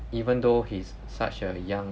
even though he's such a young